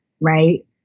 right